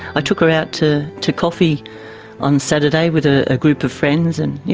ah took her out to to coffee on saturday with a ah group of friends, and yeah